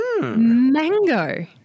Mango